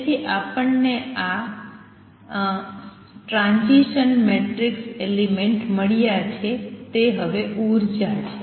તેથી આપણને આ ટ્રાંઝીસન મેટ્રિક્સ એલિમેંટ મળ્યા છે તે હવે ઉર્જા છે